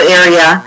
area